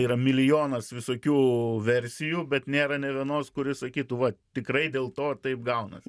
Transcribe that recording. yra milijonas visokių versijų bet nėra nė vienos kuri sakytų va tikrai dėl to taip gaunasi